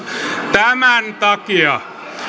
tämän takia